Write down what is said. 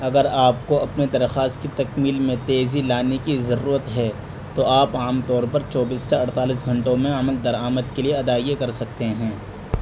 اگر آپ کو اپنے درخواست کی تکمیل میں تیزی لانے کی ضرورت ہے تو آپ عام طور پر چوبیس سے اڑتالیس گھنٹوں میں عمل درآمد کے لیے ادائیگی کر سکتے ہیں